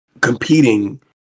competing